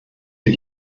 die